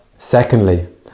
Secondly